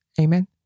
Amen